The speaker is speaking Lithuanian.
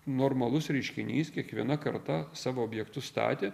normalus reiškinys kiekviena karta savo objektus statė